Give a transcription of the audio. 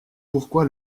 pourquoi